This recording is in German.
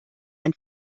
ein